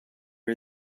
are